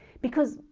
because,